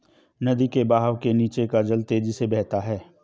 नदी के बहाव के नीचे का जल तेजी से बहता है